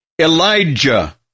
Elijah